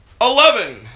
Eleven